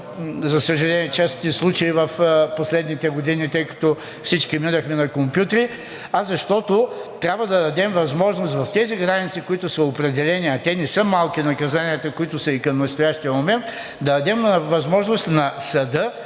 за съжаление, чести случаи в последните години, тъй като всички минахме на компютри, а защото трябва да дадем възможност в тези граници, които са определени, а те не са малки наказанията, които са и към настоящия момент, да дадем възможност на съда,